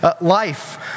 life